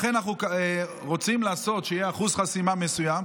לכן אנחנו רוצים שיהיה אחוז חסימה מסוים.